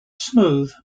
smooth